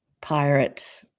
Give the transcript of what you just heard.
pirate